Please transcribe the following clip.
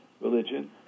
religion